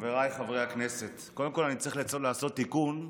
חבריי חברי הכנסת, קודם כול אני צריך לעשות תיקון.